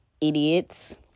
idiots